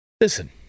Listen